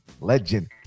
Legend